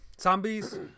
zombies